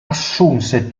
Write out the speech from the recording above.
assunse